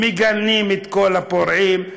מגנים את כל הפורעים,